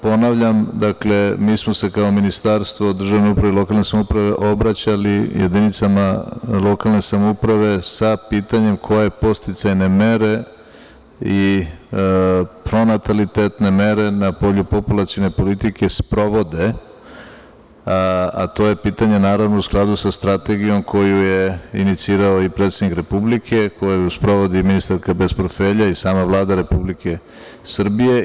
Ponavljam, mi smo se kao Ministarstvo državne uprave i lokalne samouprave obraćali jedinicama lokalne samouprave sa pitanjem koje podsticajne mere i pronatalitetne mere na polju populacione politike sprovode, a to je pitanje u skladu sa Strategijom koju je inicirao i predsednik Republike, a koju sprovodi ministarka bez portfelja i sama Vlada Republike Srbije.